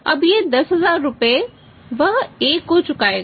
अब ये 10000 रुपये वह A को चुकाएगा